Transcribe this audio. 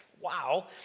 wow